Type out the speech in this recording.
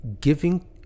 giving